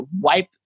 wipe